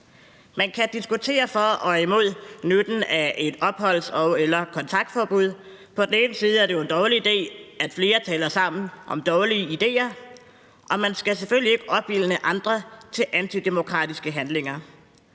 Man kan diskutere for og imod nytten af et opholdsforbud og/eller et kontaktforbud. På den ene side er det jo en dårlig idé, at flere taler sammen om dårlige ideer, og man skal selvfølgelig ikke opildne andre til antidemokratiske handlinger.